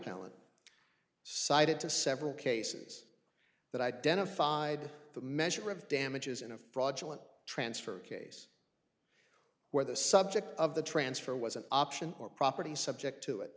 appellant cited to several cases that identified the measure of damages in a fraudulent transfer case where the subject of the transfer was an option or property subject to it